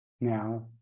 now